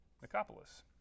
Nicopolis